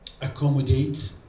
accommodate